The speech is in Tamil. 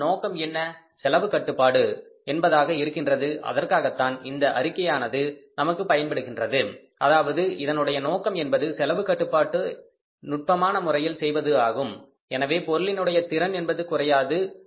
ஆனால் நோக்கம் என்பது செலவு கட்டுப்பாடு என்பதாக இருக்கிறது அதற்காகத்தான் இந்த அறிக்கையானது நமக்கு பயன்படுகின்றது அதாவது இதனுடைய நோக்கம் என்பது செலவு கட்டுப்பாட்டை நுட்பமான முறையில் செய்வது ஆகும் எனவே பொருளினுடைய திறன் என்பது குறையாது